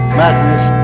madness